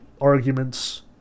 arguments